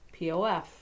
POF